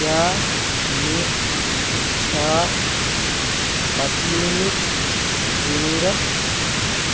کیٛاہ مےٚ چھا پَتلونٕچ ضٔروٗرت